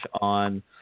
on